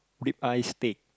ribeye steak